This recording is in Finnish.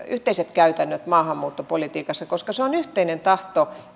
yhteiset käytännöt maahanmuuttopolitiikassa koska se on yhteinen tahto